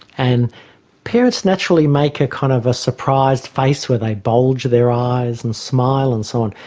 and parents naturally make a kind of a surprised face where they bulge their eyes and smile and so on.